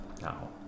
now